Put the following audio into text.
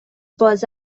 باز